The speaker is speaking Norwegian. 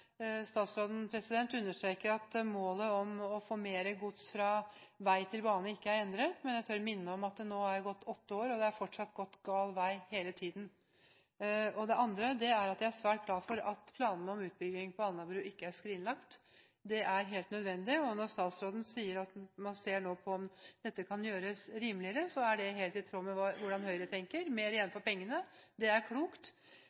statsråden understreker at målet om å få mer gods fra vei til bane ikke er endret, men jeg tør minne om at det nå er gått åtte år, og det går fortsatt gal vei – hele tiden. Jeg er svært glad for at planene om utbygging på Alnabru ikke er skrinlagt. Det er helt nødvendig, og når statsråden sier at man nå ser på om dette kan gjøres rimeligere, er det helt i tråd med hvordan Høyre tenker: mer igjen for pengene. Det er klokt.